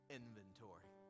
inventory